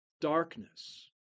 darkness